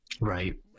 right